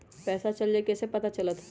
पैसा चल गयी कैसे पता चलत?